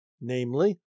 namely